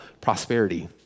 prosperity